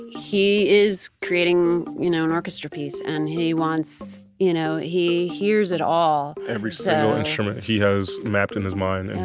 he is creating you know an orchestra piece, and he wants. you know he hears it all every single instrument, he has mapped in his mind, and